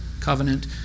covenant